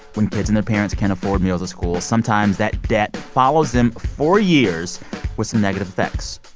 when kids and their parents can't afford meals at school, sometimes that debt follows them for years with some negative effects.